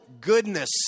goodness